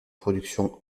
production